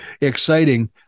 exciting